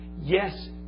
Yes